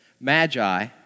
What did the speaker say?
Magi